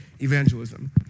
evangelism